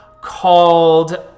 called